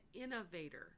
innovator